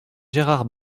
gérard